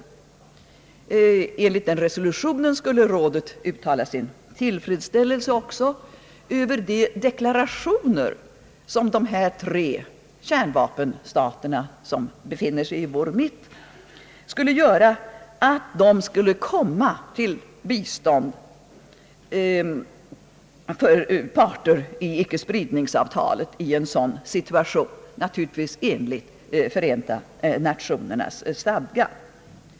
Enligt resolutionen skulle rådet uttala sin tillfredsställelse också över de deklarationer som dessa tre kärnvapenstater, vilka befinner sig i nedrustningsförhand larnas krets, skulle göra om att bistå parter som undertecknat icke-spridnings-avtalet i en sådan situation, naturligtvis i enlighet med Förenta Nationernas stadga.